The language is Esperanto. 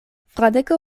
fradeko